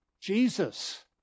Jesus